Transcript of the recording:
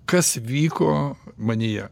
kas vyko manyje